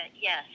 yes